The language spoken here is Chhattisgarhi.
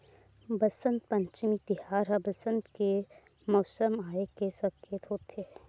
बसंत पंचमी तिहार ह बसंत के मउसम आए के सकेत होथे